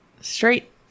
straight